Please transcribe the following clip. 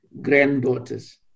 granddaughters